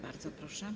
Bardzo proszę.